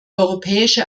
europäische